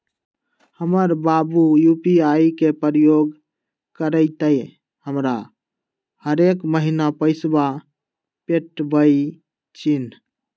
हमर बाबू यू.पी.आई के प्रयोग करइते हमरा हरेक महिन्ना पैइसा पेठबइ छिन्ह